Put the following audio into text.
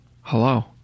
hello